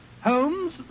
Holmes